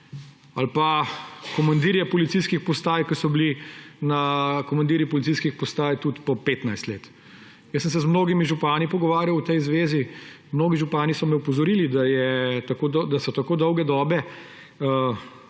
Ali pa komandirje policijskih postaj, ki so bili komandirji policijskih postaj tudi po 15 let. Jaz sem se z mnogimi župani pogovarjal o tej zvezi in mnogi župani so me opozorili, da so tako dolge dobe